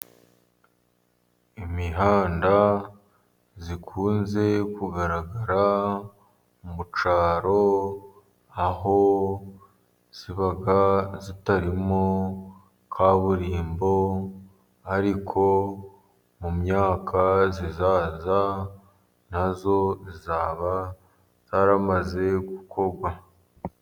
Imihanda ikunze kugaragara mu cyaro, aho iba Itarimo kaburimbo, ariko mu myaka izaza na yo izaba yaramaze gukorwa.